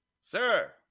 Sir